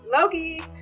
Loki